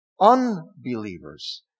Unbelievers